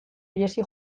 ihesi